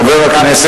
לענות לך,